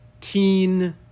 teen